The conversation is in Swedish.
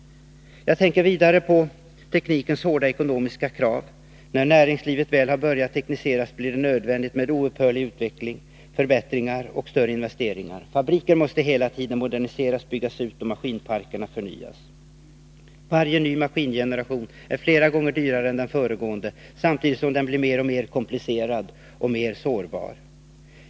Jag tänker vidare på teknikens hårda ekonomiska krav. När näringslivet väl har börjat tekniseras blir det nödvändigt med en oupphörlig utveckling, förbättringar och större investeringar. Fabrikerna måste hela tiden moderniseras och byggas ut och maskinparkerna förnyas. Varje ny maskingeneration är flera gånger dyrare än den föregående, samtidigt som den blir mer och mer komplicerad och sårbar.